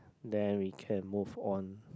then we can move on